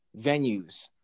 venues